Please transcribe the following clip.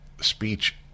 speech